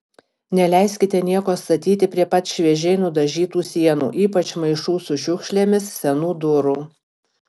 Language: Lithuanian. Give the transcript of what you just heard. neleiskite nieko statyti prie pat šviežiai nudažytų sienų ypač maišų su šiukšlėmis senų durų